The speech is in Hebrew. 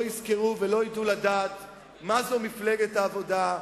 לא יזכרו ולא ידעו מה זו מפלגת העבודה,